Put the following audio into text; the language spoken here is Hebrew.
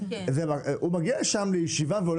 והולך הביתה.